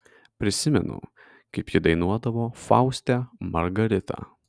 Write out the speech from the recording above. prisimenu kaip ji dainuodavo fauste margaritą